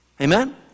Amen